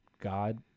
God